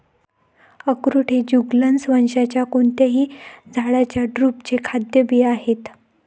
अक्रोड हे जुगलन्स वंशाच्या कोणत्याही झाडाच्या ड्रुपचे खाद्य बिया आहेत